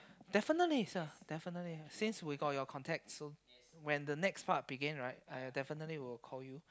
definitely sir definitely since we got your contact so when the next part begin right I definitely will call you